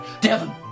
Devon